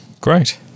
great